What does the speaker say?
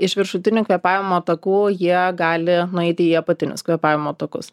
iš viršutinių kvėpavimo takų jie gali nueiti į apatinius kvėpavimo takus